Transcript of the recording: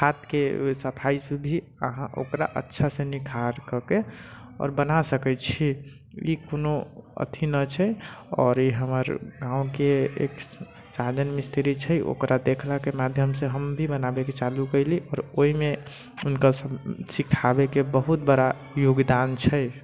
हाथके सफाइ सभ भी ओकरा अच्छासँ निखार कऽके आओर बना सकै छी ई कुनो अथि नहि छै आओर ई हमर गाँवके एक साधन मिस्त्री छै ओकरा देखलाके माध्यमसँ हम भी बनाबैके चालू कयली आओर ओइमे हुनका सिखाबैके बहुत बड़ा योगदान छै